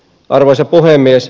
arvoisa puhemies